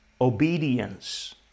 obedience